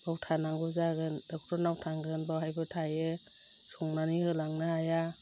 बाव थानांगौ जागोन डक्टरनाव थांगोन बहायबो थायो संनानै होलांनो हाया